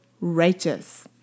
righteous